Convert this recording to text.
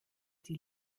die